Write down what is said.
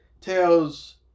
tells